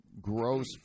gross